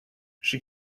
she